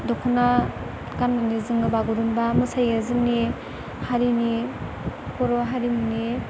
दखना गाननानै जोङो बागुरुम्बा मोसायो जोंनि हारिनि बर' हारिमुनि